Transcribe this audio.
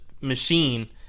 machine